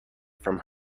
from